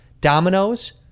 Dominoes